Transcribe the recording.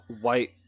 white